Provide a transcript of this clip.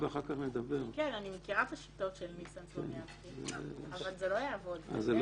אבל מי שלא דיבר - תן לו את זכות הדיבור.